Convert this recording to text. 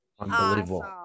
unbelievable